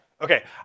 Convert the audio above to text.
Okay